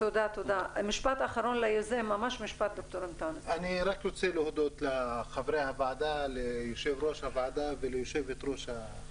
נפגשנו עם נציגי מורי הדרך, יהודים וערבים, בנצרת.